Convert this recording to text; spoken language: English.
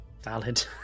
valid